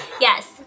yes